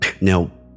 Now